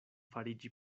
fariĝi